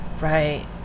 Right